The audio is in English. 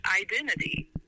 identity